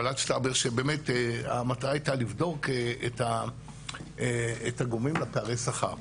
את ועדת שטאובר שבאמת המטרה הייתה לבדוק את הגורמים לפערי השכר.